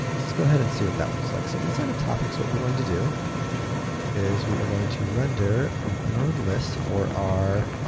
so, let's go ahead and see what that looks like. so, inside of topics what we're going to do is we are going to render an unordered list for our